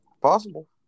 Possible